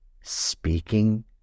speaking